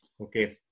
Okay